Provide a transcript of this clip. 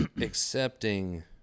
accepting